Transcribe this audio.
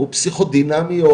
או פסיכודינמי,